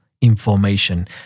information